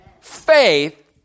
Faith